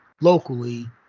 locally